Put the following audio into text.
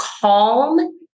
calm